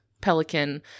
pelican